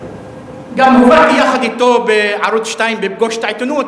גם הופעתי יחד אתו בערוץ-2 ב"פגוש את העיתונות",